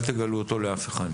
אל תגלו אותו לאף אחד,